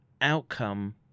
outcome